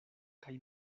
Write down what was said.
kaj